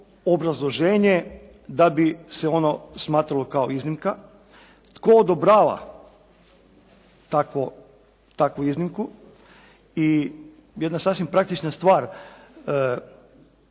obrazloženje da bi se ono smatralo kao iznimka? Tko odobrava takvu iznimku i jedna sasvim praktična stvar,